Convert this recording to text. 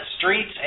streets